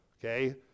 okay